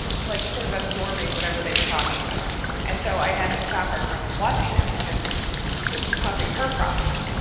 like sort of absorbing whatever they were talking about and so i had to stop her from watching them because it was causing her problems.